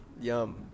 yum